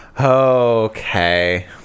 Okay